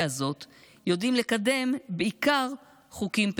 הזאת יודעים לקדם בעיקר חוקים פרסונליים.